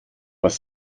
was